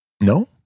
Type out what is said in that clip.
No